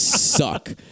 suck